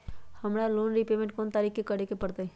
हमरा loan repayment कोन तारीख के करे के परतई?